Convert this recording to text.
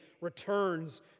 returns